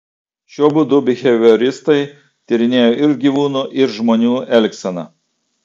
šiuo būdu bihevioristai tyrinėjo ir gyvūnų ir žmonių elgseną